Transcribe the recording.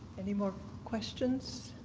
any more questions?